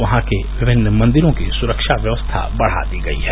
वहां के विभिन्न मंदिरों की सुरक्षा व्यवस्था बढ़ा दी गयी है